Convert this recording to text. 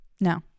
no